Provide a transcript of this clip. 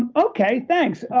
and okay, thanks.